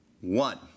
One